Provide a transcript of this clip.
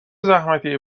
زحمتی